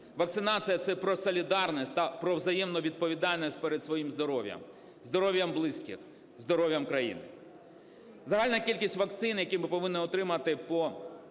Вакцинація – це про солідарність та про взаємну відповідальність перед своїм здоров'ям, здоров'ям близьких, здоров'ям країни. Загальна кількість вакцин, які ми повинні отримати за